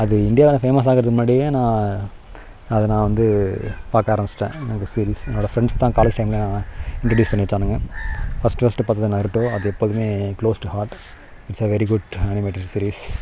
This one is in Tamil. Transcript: அது இந்தியாவில் ஃபேமஸாகுறதுக்கு முன்னாடி நான் அதை நான் வந்து பார்க்க ஆரம்பிச்சிட்டேன் சீரீஸ் என்னோடய ஃப்ரெண்ட்ஸ் தான் காலேஜ் டைமில் அவன் இன்டிடியூஸ் பண்ணி வச்சானுங்க ஃபர்ஸ்டு ஃபர்ஸ்டு பார்த்தது நருட்டோ அது எப்போதும் close to heart it's a very good animated series